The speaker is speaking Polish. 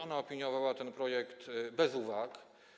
Ona opiniowała ten projekt bez uwag.